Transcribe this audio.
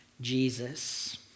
Jesus